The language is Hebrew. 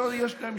שני משפטים.